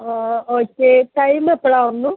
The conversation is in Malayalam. ആ ആ ഓക്കെ ടൈം എപ്പോഴാ ഒന്ന്